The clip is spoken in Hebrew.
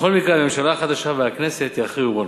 ובכל מקרה הממשלה החדשה והכנסת יכריעו בנושא.